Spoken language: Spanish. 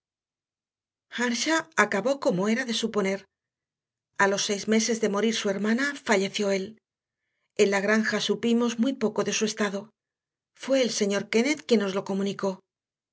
acabó como era de suponer a los seis meses de morir su hermana falleció él en la granja supimos muy poco de su estado fue el señor kennett quien nos lo comunicó